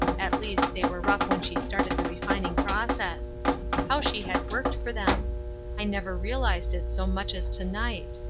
at least they were rough when she started the refining process how she had worked for them i never realized it so much as to-night.